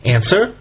Answer